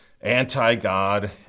anti-God